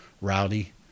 rowdy